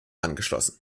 angeschlossen